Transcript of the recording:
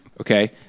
Okay